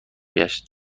گشت